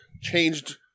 changed